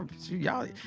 y'all